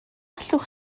allwch